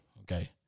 okay